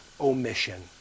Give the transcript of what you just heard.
omission